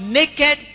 naked